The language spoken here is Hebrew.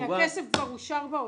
הכסף כבר אושר באוצר.